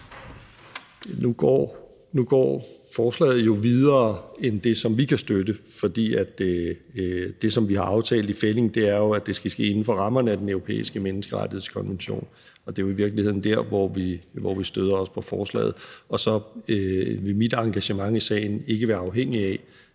Nu går forslaget jo videre end det, som vi kan støtte. For det, som vi har aftalt i fællig, er jo, at det skal ske inden for rammerne af Den Europæiske Menneskerettighedskonvention. Og det er jo i virkeligheden der, hvor vi støder os på forslaget. Så vil mit engagement i sagen ikke være afhængigt af,